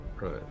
Right